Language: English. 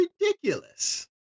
ridiculous